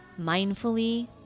mindfully